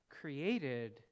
created